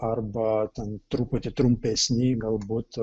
arba ten truputį trumpesnį galbūt